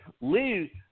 Lee